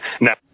now